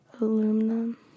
Aluminum